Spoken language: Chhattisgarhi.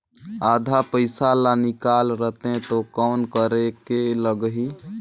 आधा पइसा ला निकाल रतें तो कौन करेके लगही?